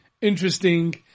interesting